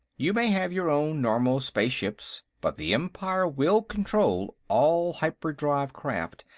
you may have your own normal-space ships, but the empire will control all hyperdrive craft,